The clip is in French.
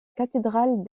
cathédrale